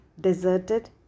deserted